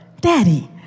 Daddy